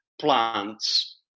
plants